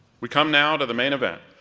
we come now to the main event.